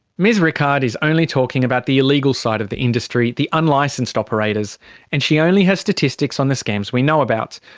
ms rickard is only talking about the illegal side of the industry, the unlicensed operators. and she only has statistics on the scams we know about.